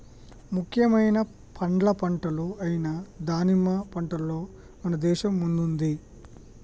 ముఖ్యమైన పండ్ల పంటలు అయిన దానిమ్మ పంటలో మన దేశం ముందుంది